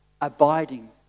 abiding